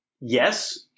Yes